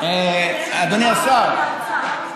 אדוני השר,